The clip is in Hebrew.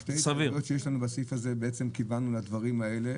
בשתי ההסתייגויות שיש לנו בסעיף הזה בעצם כיוונו לדברים האלה.